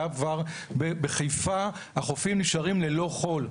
כבר בחיפה החופים נשארים ללא חול,